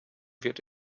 wird